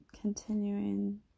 continuing